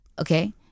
Okay